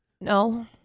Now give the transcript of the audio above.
No